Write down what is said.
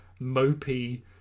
mopey